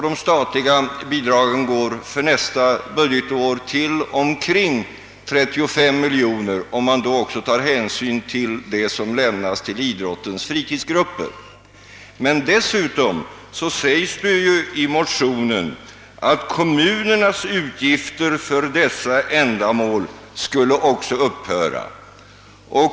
De statliga bidragen uppgår för nästa budgetår till omkring 35 miljoner kronor, om man tar hänsyn även till vad som lämnas till idrottens fritidsgrupper. Dessutom säges i motionen att kommunernas utgifter för detta ändamål skulle kunna upphöra.